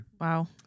Wow